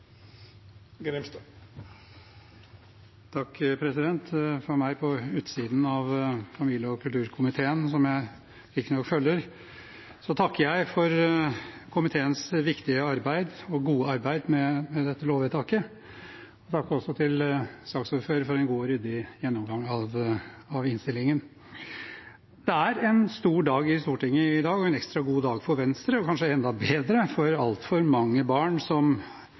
utsiden av familie- og kulturkomiteen, som jeg riktignok følger, takker jeg for komiteens viktige og gode arbeid med dette lovvedtaket. Takk også til saksordføreren for en god og ryddig gjennomgang av innstillingen. Det er en stor dag i Stortinget i dag og en ekstra god dag for Venstre – og kanskje enda bedre for altfor mange barn som